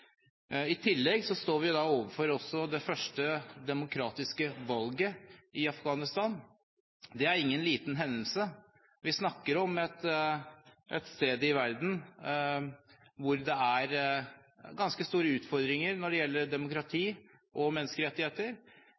I tillegg står vi også overfor det første demokratiske valget i Afghanistan. Det er ingen liten hendelse. Vi snakker om et sted i verden hvor det er ganske store utfordringer når det gjelder demokrati og menneskerettigheter.